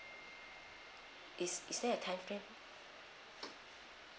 is is there a time frame